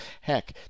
Heck